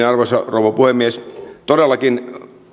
arvoisa rouva puhemies todellakin